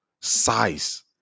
size